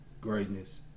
Greatness